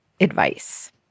advice